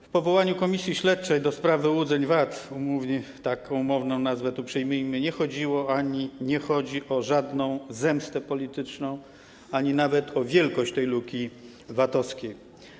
W powołaniu komisji śledczej ds. wyłudzeń VAT, taką umowną nazwę tu przyjmijmy, nie chodziło ani nie chodzi o żadną zemstę polityczną ani nawet o wielkość tej luki VAT-owskiej.